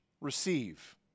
receive